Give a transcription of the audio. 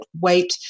wait